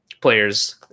players